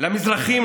למזרחים,